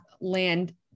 land